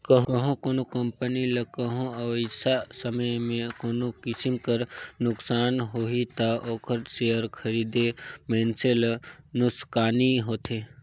कहों कोनो कंपनी ल कहों अवइया समे में कोनो किसिम कर नोसकान होही ता ओकर सेयर खरीदे मइनसे ल नोसकानी होथे